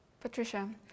Patricia